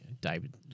David